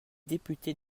députés